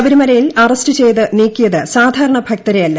ശബരിമലയിൽ അറസ്റ്റ് ചെയ്ത് നീക്കിയത് സാധാരണ ഭക്തരെയല്ല